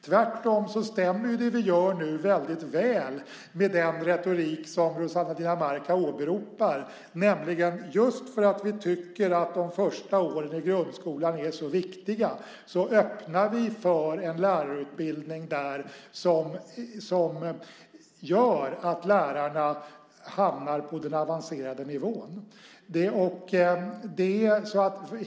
Tvärtom stämmer det vi gör nu väl med den retorik som Rossana Dinamarca åberopar, nämligen att just för att vi tycker att de första åren i grundskolan är så viktiga öppnar vi för en lärarutbildning som gör att lärarna hamnar på den avancerade nivån.